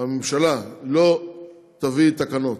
הממשלה לא תביא תקנות,